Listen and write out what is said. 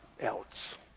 else